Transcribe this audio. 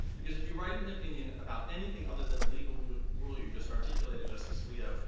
because if you write an opinion about anything other than legal rule rule you just articulated, justice alito,